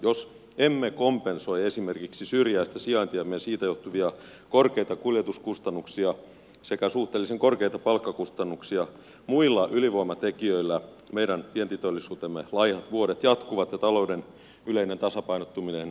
jos emme kompensoi esimerkiksi syrjäistä sijaintiamme ja siitä johtuvia korkeita kuljetuskustannuksia sekä suhteellisen korkeita palkkakustannuksia muilla ylivoimatekijöillä meidän vientiteollisuutemme laihat vuodet jatkuvat ja talouden yleinen tasapainottuminen viivästyy